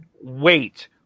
wait